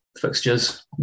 fixtures